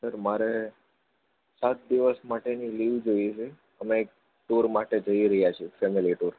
મારે સાત દિવસ માટેની લીવ જોઈએ છે અમે એક ટુર માટે જઈ રહ્યા છીએ ફૅમિલી ટુર